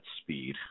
speed